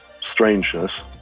strangeness